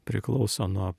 priklauso nuo